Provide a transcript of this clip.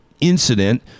incident